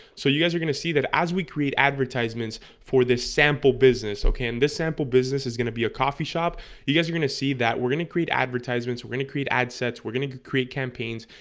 so you guys are gonna see that as we create advertisements for this sample business, okay? and this sample business is gonna be a coffee shop you guys are gonna. see that we're gonna create advertisements we're gonna create ad sets we're gonna create campaigns,